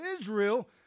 Israel